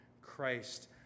Christ